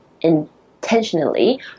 intentionally